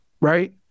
Right